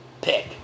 pick